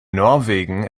norwegen